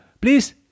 please